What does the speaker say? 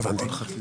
מאוד רלוונטי.